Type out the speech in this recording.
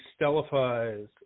stellifies